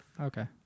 Okay